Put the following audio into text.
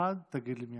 1 תגיד לי מי.